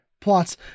plots